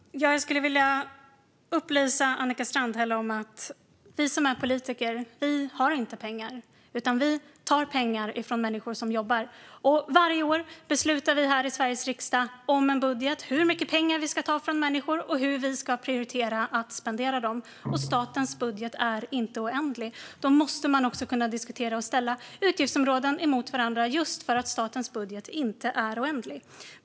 Herr talman! Jag skulle vilja upplysa Annika Strandhäll om att vi som är politiker inte har pengar, utan vi tar pengar från människor som jobbar. Och varje år beslutar vi här i Sveriges riksdag om en budget, om hur mycket pengar vi ska ta från människor och hur vi ska prioritera att spendera dem. Statens budget är inte oändlig. Just därför måste vi kunna diskutera och ställa utgiftsområden mot varandra.